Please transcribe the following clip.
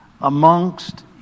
amongst